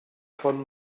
von